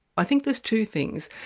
i think there's two things.